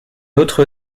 autre